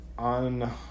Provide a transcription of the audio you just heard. on